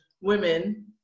women